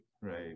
right